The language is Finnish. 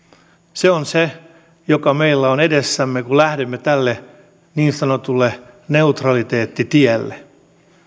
se on se joka meillä on edessämme kun lähdemme tälle niin sanotulle neutraliteettitielle